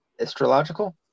Astrological